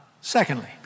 Secondly